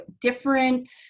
different